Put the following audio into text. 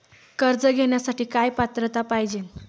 कर्ज घेण्यासाठी काय पात्रता पाहिजे?